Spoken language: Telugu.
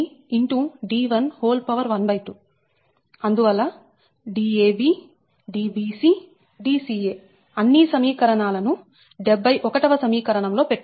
చివరికి Dca 12 అందువల్ల Dab Dbc Dca అన్ని సమీకరణలను 71 వ సమీకరణం లో పెట్టండి